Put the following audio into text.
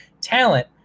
talent